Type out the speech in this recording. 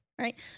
right